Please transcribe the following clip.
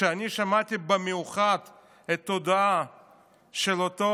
כשאני שמעתי במיוחד את ההודעה של אותו